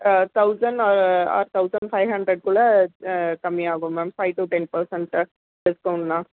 thousand or thousand five ஹண்ட்ரட்குள்ளே கம்மியாகும் ma'am five to ten percent டிஸ்கவுண்ட்டுனா